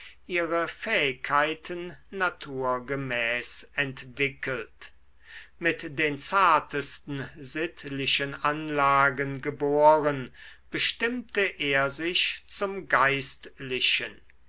ihre fähigkeiten naturgemäß entwickelt mit den zartesten sittlichen anlagen geboren bestimmte er sich zum geistlichen